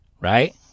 right